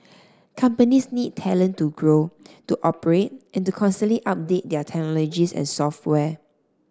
companies need talent to grow to operate and to constantly update their technologies and software